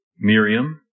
Miriam